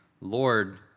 Lord